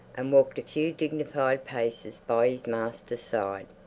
and walked a few dignified paces by his master's side.